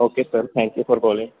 okay sir thank you for calling